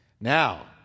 Now